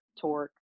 torque